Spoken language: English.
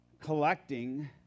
collecting